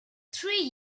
three